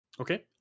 okay